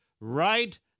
right